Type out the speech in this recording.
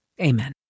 Amen